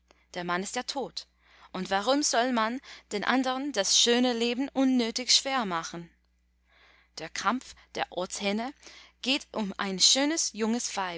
der mann ist ja tot und warum soll man den andern das schöne leben unnötig schwer machen der kampf der ortshähne geht um ein schönes